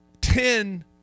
ten